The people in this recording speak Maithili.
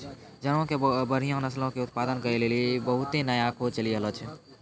जानवरो के बढ़िया नस्लो के उत्पादन करै के लेली बहुते नया खोज चलि रहलो छै